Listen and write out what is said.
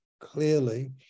clearly